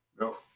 No